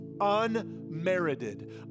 unmerited